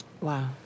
Wow